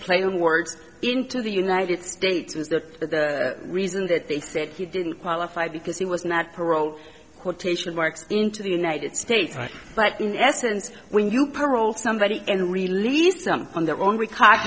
play on words into the united states is the reason that you didn't qualify because he was not paroled quotation marks into the united states but in essence when you paroled somebody and release them on their own we caught